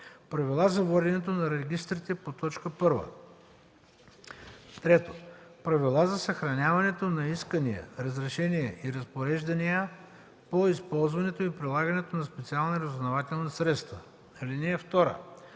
правила за воденето на регистрите по т.1; 3. правила за съхраняването на искания, разрешения и разпореждания по използването и прилагането на специални разузнавателни средства. (3)